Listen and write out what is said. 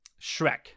Shrek